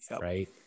right